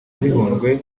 gihundwe